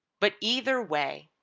but either way,